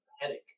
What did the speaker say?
headache